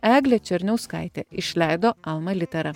eglė černiauskaitė išleido alma litera